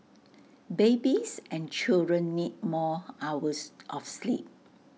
babies and children need more hours of sleep